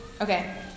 Okay